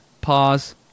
Pause